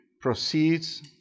proceeds